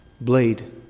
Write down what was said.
blade